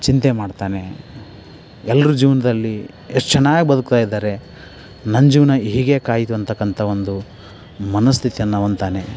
ಚಿಂತೆ ಮಾಡ್ತಾನೆ ಎಲ್ಲರು ಜೀವನದಲ್ಲಿ ಎಷ್ಟು ಚೆನ್ನಾಗಿ ಬದುಕ್ತಾಯಿದ್ದಾರೆ ನನ್ನ ಜೀವನ ಹೀಗೇಕಾಯ್ತುಂತಕ್ಕಂತ ಒಂದು ಮನಸ್ಥಿತಿಯನ್ನು ಹೊಂದ್ತಾನೆ